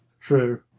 True